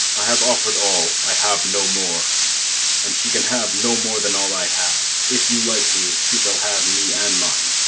i have offer'd all i have no more and she can have no more than all i have if you like me, she shall have me and mine.